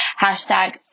Hashtag